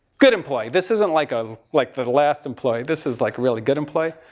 good employee. this isn't like a, like the last employee. this is like really good employee.